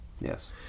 Yes